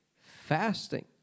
fasting